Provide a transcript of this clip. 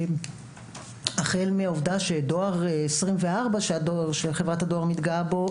החל מהעובדה שדואר 24 שחברת הדואר מתגאה בו,